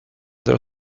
their